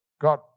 God